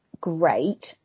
great